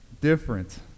different